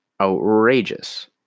outrageous